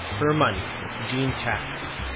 hermoney with jean chatzky.